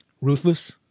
Ruthless